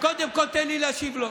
קודם כול, תן לי להשיב לו.